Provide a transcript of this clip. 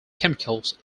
chemicals